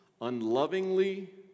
unlovingly